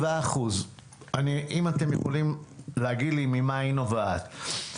האם אתם יכולים להגיד לי ממה נובעת הקפיצה ל-77%?